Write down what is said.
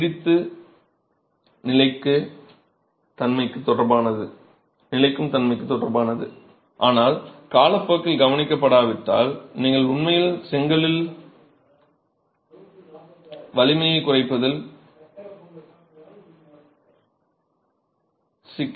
நீடித்து நிலைக்கும் தன்மைக்கு தொடர்பானது ஆனால் காலப்போக்கில் கவனிக்கப்படாவிட்டால் நீங்கள் உண்மையில் செங்கலில் வலிமையைக் குறைப்பதில் சிக்கல் ஏற்படலாம்